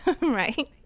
Right